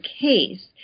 case